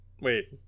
Wait